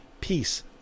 Peace